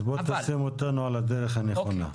אז בוא תשים אותנו על הדרך הנכונה.